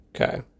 Okay